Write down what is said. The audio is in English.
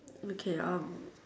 okay um